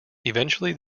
eventually